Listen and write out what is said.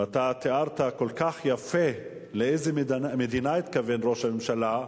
ותיארת כל כך יפה לאיזו מדינה התכוון ראש הממשלה,